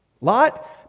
lot